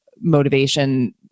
motivation